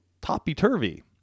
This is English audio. toppy-turvy